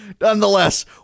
Nonetheless